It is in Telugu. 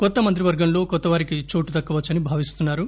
కొత్త మంత్రివర్గంలో కొత్తవారికి చోటు దక్కవచ్చని భావిస్తున్నారు